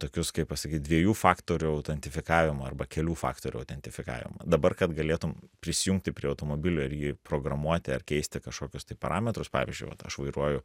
tokius kaip pasakyt dviejų faktorių autentifikavimą arba kelių faktorių autentifikavimą dabar kad galėtum prisijungti prie automobilio ir jį programuoti ar keisti kažkokius tai parametrus pavyzdžiui vat aš vairuoju